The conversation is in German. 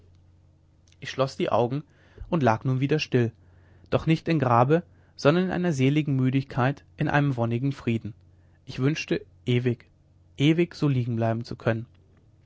ich schloß die augen und lag nun wieder still doch nicht im grabe sondern in einer seligen müdigkeit in einem wonnigen frieden ich wünschte ewig ewig so liegen bleiben zu können